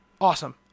Awesome